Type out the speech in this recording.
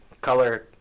color